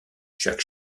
chaque